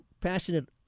passionate